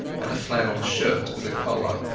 and a flannel shirt with a collar.